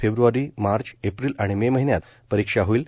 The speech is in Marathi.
फेब्रवारी मार्च एप्रील आणि मे महिन्यात परीक्षा होईल